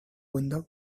window